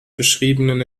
beschrieben